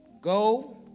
Go